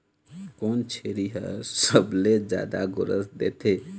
कोन छेरी हर सबले जादा गोरस देथे?